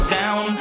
down